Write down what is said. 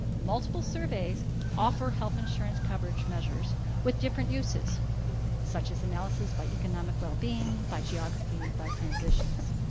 multiple surveys offer health insurance coverage measures with different uses such as analysis by economic well-being, by geography, by transitions.